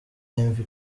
ivy